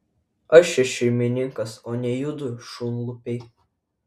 aš čia šeimininkas o ne judu šunlupiai